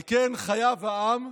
על כן חייב העם,